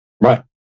Right